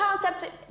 concept